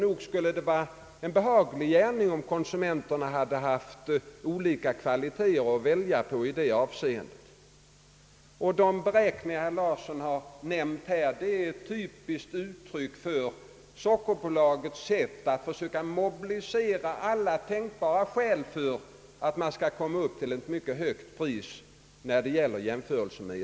Nog skulle det vara behagligt, om konsu menterna hade haft olika kvaliteter att välja på i det avseendet. De beräkningar herr Larsson nämnde är ett typiskt uttryck för sockerbolagets sätt att försöka mobilisera alla tänkbara skäl för att komma upp till ett mycket högt EEC-pris att göra jämförelser med.